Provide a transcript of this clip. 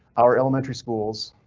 our elementary schools,